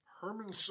Herman